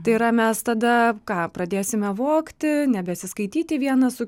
tai yra mes tada ką pradėsime vogti nebesiskaityti vienas su